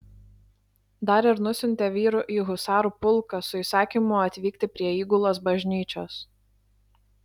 dar ir nusiuntė vyrų į husarų pulką su įsakymu atvykti prie įgulos bažnyčios